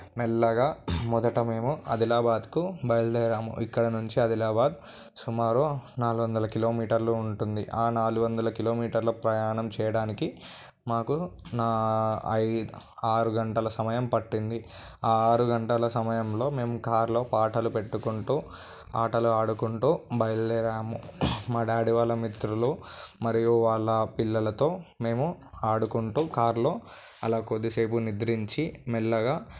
మెల్లగా మొదట మేము అదిలాబాద్కు బయలుదేరాము ఇక్కడ నుంచి అదిలాబాద్ సుమారు నాలుగు వందల కిలోమీటర్లు ఉంటుంది ఆ నాలుగు వందల కిలోమీటర్ల ప్రయాణం చేయడానికి మాకు నా ఐదు ఆరు గంటల సమయం పట్టింది ఆ ఆరు గంటల సమయంలో మేము కార్లో పాటలు పెట్టుకుంటు ఆటలు ఆడుకుంటు బయలుదేరాము మా డాడీ వాళ్ళ మిత్రులు మరియు వాళ్ళ పిల్లలతో మేము ఆడుకుంటు కారులో అలా కొద్దిసేపు నిద్రించి మెల్లగా